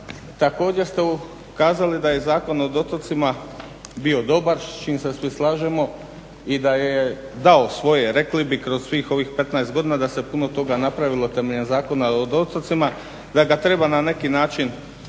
Također ste ukazali da je Zakon o otocima bio dobar, s čime se svi slažemo i da je dao svoje, rekli bi kroz svih ovih 15 godina da se puno toga napravilo na temelju Zakona o otocima, da ga treba na neki način promijeniti,